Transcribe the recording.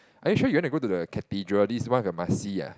are you sure you wanna go to the Cathedral this is one of your must see ah